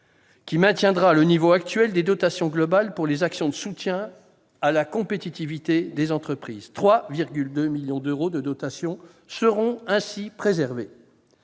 à maintenir le niveau actuel de dotation globale pour les actions de soutien à la compétitivité des entreprises : 3,2 millions d'euros de dotation seront ainsi préservés.